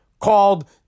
Called